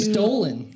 Stolen